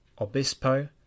Obispo